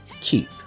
keep